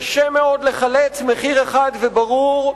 קשה מאוד לחלץ מחיר אחד וברור,